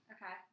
Okay